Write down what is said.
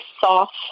soft